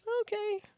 okay